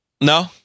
No